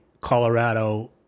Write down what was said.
Colorado